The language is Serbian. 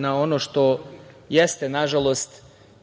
na ono što jeste, nažalost,